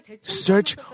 search